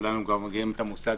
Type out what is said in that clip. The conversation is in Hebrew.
כולנו כבר מכירים את המושג